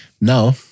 Now